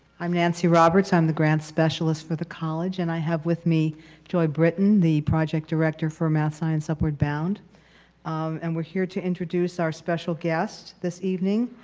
i'm nancy roberts, i'm the grant specialist for the college and i have with me joy brittain the project director from math science upward bound um and we're here to introduce our special guest this evening,